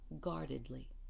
guardedly